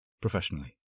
professionally